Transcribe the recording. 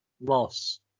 loss